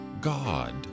God